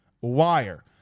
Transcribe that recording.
Wire